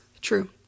true